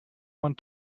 want